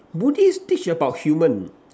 buddhist teach about human